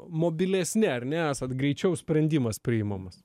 mobilesni ar ne esat greičiau sprendimas priimamas